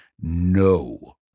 no